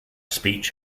speech